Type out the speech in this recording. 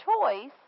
choice